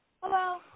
Hello